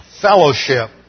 fellowship